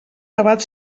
debat